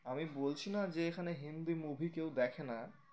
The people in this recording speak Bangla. আমি বলছি না যে এখানে হিন্দি মুভি কেউ দেখে না